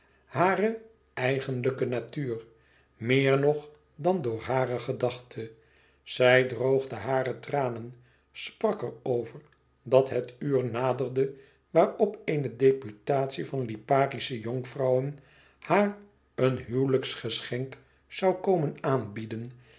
hare eigenlijke natuur meer nog dan door hare gedachte zij droogde hare tranen sprak er over dat het uur naderde waarop eene deputatie van liparische jonkvrouwen haar een huwelijksgeschenk zoû komen aanbieden